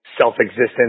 self-existence